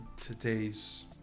today's